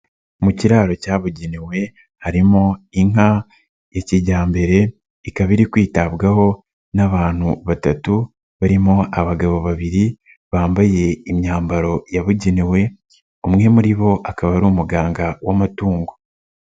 Mu kiraro cyabugenewe harimo inka ya kijyambere, ikaba iri kwitabwaho n'abantu batatu, barimo abagabo babiri bambaye imyambaro yabugenewe, umwe muri bo akaba ari umuganga w'amatungo.